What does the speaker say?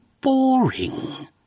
boring